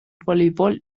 volleyball